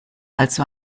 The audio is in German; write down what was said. also